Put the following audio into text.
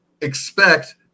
expect